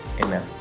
Amen